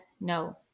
no